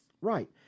Right